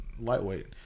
lightweight